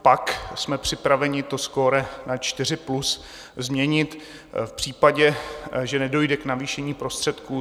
Pak jsme připraveni to skóre 4+ změnit v případě, že nedojde k navýšení prostředků.